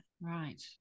Right